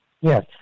Yes